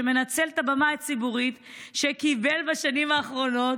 שמנצל את הבמה הציבורית שקיבל בשנים האחרונות